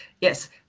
yes